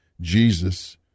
Jesus